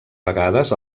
vegades